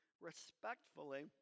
respectfully